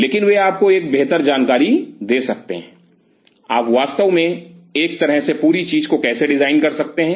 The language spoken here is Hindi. लेकिन वे आपको एक बेहतर जानकारी दे सकते हैं आप वास्तव में एक तरह से पूरी चीज़ को कैसे डिज़ाइन कर सकते हैं